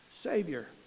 Savior